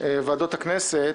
ועדות הכנסת,